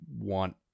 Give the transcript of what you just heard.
want